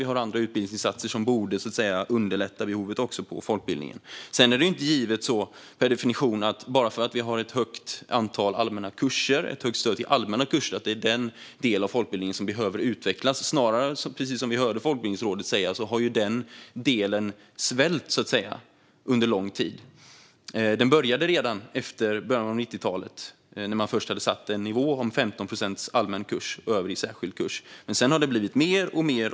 Vi har andra utbildningsinsatser som också borde underlätta för behovet av folkbildning. Bara för att det finns ett högt stöd till allmänna kurser är det dessutom inte givet att det är den delen av folkbildningen som behöver utvecklas. Precis som vi hörde Folkbildningsrådet säga har den delen svällt under lång tid. Det började redan i början av 90-talet då man hade satt en nivå på 15 procent allmän kurs. Det övriga skulle vara särskild kurs. Men sedan har det blivit mer och mer.